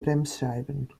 bremsscheiben